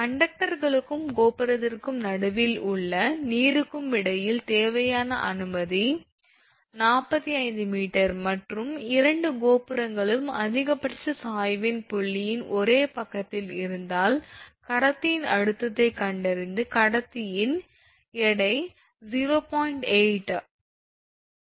கண்டக்டர்களுக்கும் கோபுரத்திற்கு நடுவில் உள்ள நீருக்கும் இடையில் தேவையான அனுமதி 45 m மற்றும் இரண்டு கோபுரங்களும் அதிகபட்ச சாய்வின் புள்ளியின் ஒரே பக்கத்தில் இருந்தால் கடத்தியின் அழுத்தத்தைக் கண்டறிந்து கடத்தியின் எடை 0